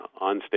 onstage